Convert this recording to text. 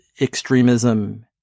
extremism